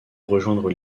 rejoindre